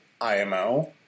IMO